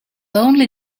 only